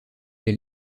elle